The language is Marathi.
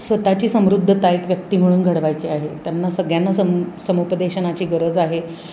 स्वतःची समृद्धता एक व्यक्ती म्हणून घडवायची आहे त्यांना सगळ्यांना सम समुपदेशनाची गरज आहे